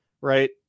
right